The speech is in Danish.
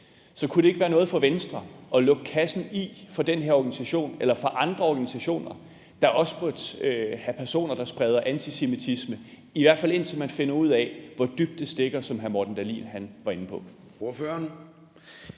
Så kunne det ikke være noget for Venstre at lukke kassen i for den her organisation eller for andre organisationer, der også måtte have personer, der spreder antisemitisme, i hvert fald indtil man finder ud af, hvor dybt det stikker, som kirkeministeren var inde på?